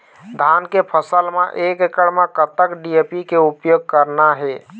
धान के फसल म एक एकड़ म कतक डी.ए.पी के उपयोग करना हे?